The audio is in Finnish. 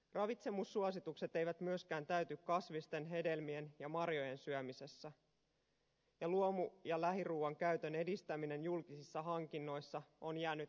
ravitsemussuositukset eivät myöskään täyty kasvisten hedelmien ja marjojen syömisessä ja luomu ja lähiruuan käytön edistäminen julkisissa hankinnoissa on jäänyt haaveeksi